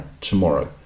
tomorrow